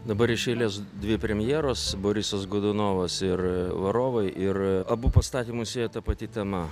dabar iš eilės dvi premjeros borisas godunovas ir varovai ir abu pastatymus sieja ta pati tema